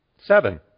Seven